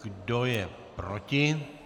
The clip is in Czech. Kdo je proti?